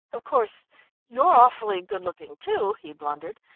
of course you're awfully good-looking, too, he blundered,